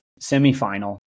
semifinal